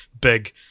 big